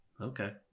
Okay